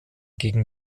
gegen